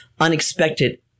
unexpected